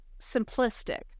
simplistic